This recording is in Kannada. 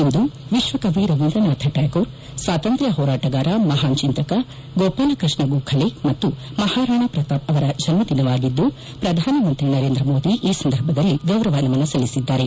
ಇಂದು ವಿಶ್ವಹವಿ ರವೀಂದ್ರನಾಥ ಟ್ಯಾಗೋರ್ ಸ್ವಾಶಂತ್ರ್ಯ ಹೋರಾಟಗಾರ ಮಹಾನ್ ಚಿಂತಕ ಗೋಪಾಲಕೃಷ್ಣ ಗೋಖಲೆ ಮತ್ತು ಮಹಾರಾಣಾ ಪ್ರತಾಪ್ ಅವರ ಜನ್ದದಿನವಾಗಿದ್ದು ಪ್ರಧಾನಮಂತ್ರಿ ನರೇಂದ್ರ ಮೋದಿ ಈ ಸಂದರ್ಭದಲ್ಲಿ ಗೌರವ ನಮನ ಸಲ್ಲಿಸಿದ್ದಾರೆ